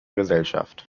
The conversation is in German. gesellschaft